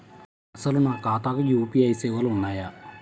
అసలు నా ఖాతాకు యూ.పీ.ఐ సేవలు ఉన్నాయా?